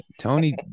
Tony